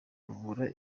kuvura